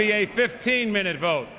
be a fifteen minute vote